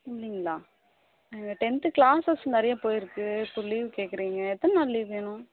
இல்லைங்களா ஏங்க tenth classes நிறைய போயிருக்குது இப்போ லீவ் கேட்குறீங்க எத்தனை நாள் லீவ் வேணும்